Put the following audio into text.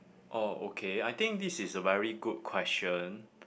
oh okay I think this is a very good question